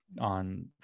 On